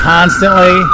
Constantly